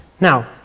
Now